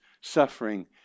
suffering